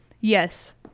Yes